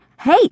Hey